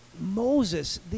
Moses